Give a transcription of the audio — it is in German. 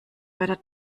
wörter